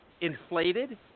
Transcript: inflated